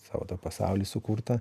savo tą pasaulį sukurtą